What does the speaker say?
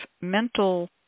mental